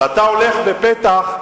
ואתה הולך בפתח,